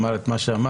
אמר את מה שאמר,